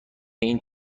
این